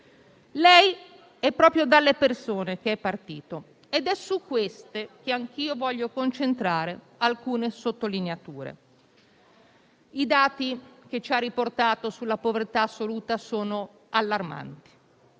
È proprio dalle persone che lei è partito ed è su queste che anche io desidero concentrare alcune sottolineature. I dati che ci ha riportato sulla povertà assoluta sono allarmanti: